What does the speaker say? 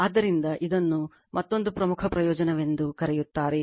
ಆದ್ದರಿಂದ ಇದನ್ನು ಮತ್ತೊಂದು ಪ್ರಮುಖ ಪ್ರಯೋಜನವೆಂದು ಕರೆಯುತ್ತಾರೆ